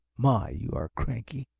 my, you are cranky!